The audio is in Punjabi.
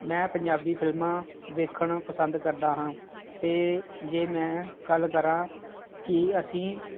ਮੈਂ ਪੰਜਾਬੀ ਫ਼ਿਲਮਾਂ ਵੇਖਣਾ ਪਸੰਦ ਕਰਦਾ ਹਾਂ ਅਤੇ ਜੇ ਮੈਂ ਗੱਲ ਕਰਾਂ ਕਿ ਅਸੀਂ